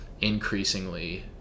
increasingly